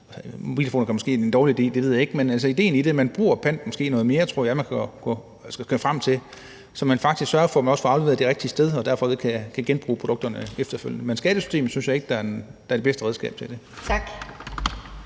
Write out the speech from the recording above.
Mobiltelefoner er så måske en dårlig idé, det ved jeg ikke, men altså idéen i det: Man bruger panten noget mere. Det tror jeg, man skal frem til, så man faktisk sørger for, man også får afleveret det det rigtige sted og derfor kan genbruge produkterne efterfølgende. Men skattesystemet synes jeg ikke er det bedste redskab til det. Kl.